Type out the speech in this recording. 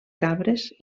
cabres